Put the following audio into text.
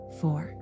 four